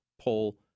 pull